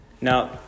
Now